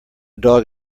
dog